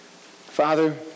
Father